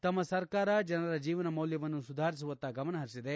ತಮ್ಮ ಸರ್ಕಾರ ಜನರ ಜೀವನ ಮೌಲ್ಯವನ್ನು ಸುಧಾರಿಸುವತ್ತಾ ಗಮನಹರಿಸಿದೆ